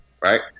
Right